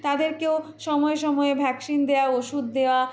তাদেরকেও সময়ে সময়ে ভ্যাকসিন দেওয়া ওষুধ দেওয়া